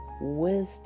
wisdom